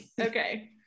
Okay